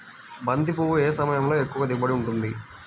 బంతి పువ్వు ఏ సమయంలో ఎక్కువ దిగుబడి ఉంటుంది?